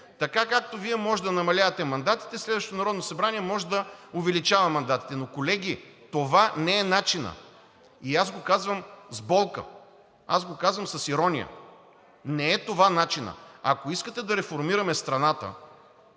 Така, както Вие можете да намалявате мандатите, следващото Народно събрание може да увеличава мандатите. Но, колеги, това не е начинът и аз го казвам с болка, аз го казвам с ирония. Не е това начинът! Ако искате да реформираме страната,